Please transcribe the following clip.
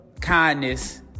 kindness